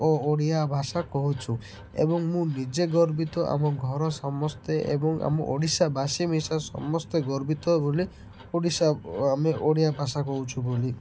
ଓଡ଼ିଆ ଭାଷା କହୁଛୁ ଏବଂ ମୁଁ ନିଜେ ଗର୍ବିତ ଆମ ଘର ସମସ୍ତେ ଏବଂ ଆମ ଓଡ଼ିଶାବାସୀ ମିଶା ସମସ୍ତେ ଗର୍ବିତ ବୋଲି ଓଡ଼ିଶା ଆମେ ଓଡ଼ିଆ ଭାଷା କହୁଛୁ ବୋଲି